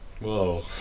Whoa